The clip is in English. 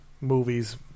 movies